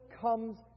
comes